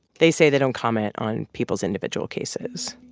they say they don't comment on people's individual cases.